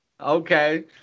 Okay